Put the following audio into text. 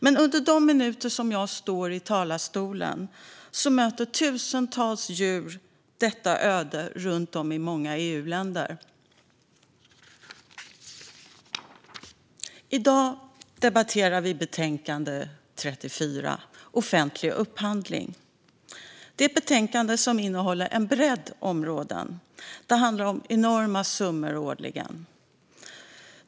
Men under de minuter jag står här i talarstolen möter tusentals djur detta öde runt om i många EU-länder. I dag debatterar vi betänkande FiU34, Offentlig upphandling . Det är ett betänkande som innehåller en rad olika områden, och det handlar om enorma summor årligen.